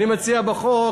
אני מציע בחוק